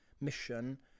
mission